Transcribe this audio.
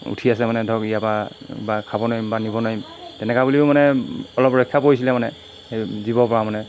উঠি আছে মানে ধৰক ইয়াৰপৰা বা খাব নোৱাৰিম বা নিব নোৱাৰিম তেনেকুৱা বুলিও মানে অলপ ৰক্ষা পৰিছিলে মানে জীৱ পৰা মানে